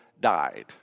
died